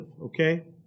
okay